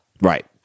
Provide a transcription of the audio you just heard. Right